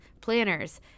planners